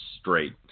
straight